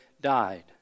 died